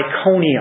Iconium